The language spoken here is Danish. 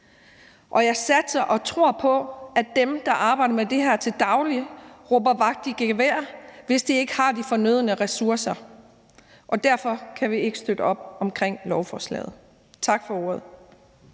Jeg satser og tror på, at dem, der arbejder med det her til daglig, råber vagt i gevær, hvis de ikke har de fornødne ressourcer. Derfor kan vi ikke støtte op om beslutningsforslaget. Tak for ordet.